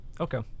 okay